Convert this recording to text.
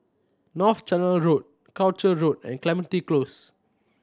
North Canal Road Croucher Road and Clementi Close